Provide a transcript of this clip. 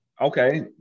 Okay